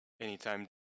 Anytime